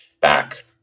back